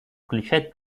включать